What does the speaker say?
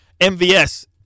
MVS